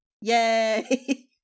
Yay